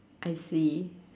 I see